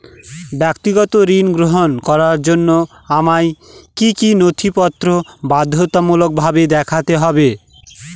ব্যক্তিগত ঋণ গ্রহণ করার জন্য আমায় কি কী নথিপত্র বাধ্যতামূলকভাবে দেখাতে হবে?